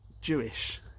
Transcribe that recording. Jewish